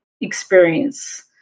experience